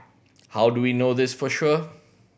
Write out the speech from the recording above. how do we know this for sure